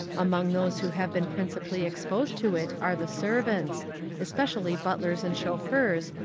among those who have been principally exposed to it are the servants especially butlers and chauffeurs,